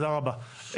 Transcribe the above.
תודה רבה.